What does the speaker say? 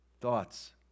Thoughts